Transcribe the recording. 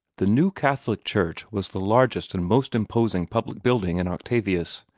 the new catholic church was the largest and most imposing public building in octavius.